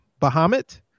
Bahamut